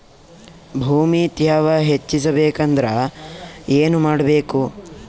ಭೂಮಿ ತ್ಯಾವ ಹೆಚ್ಚೆಸಬೇಕಂದ್ರ ಏನು ಮಾಡ್ಬೇಕು?